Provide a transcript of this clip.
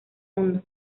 mundo